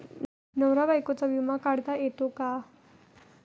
नवरा बायकोचा विमा काढता येतो का?